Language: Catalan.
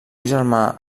germà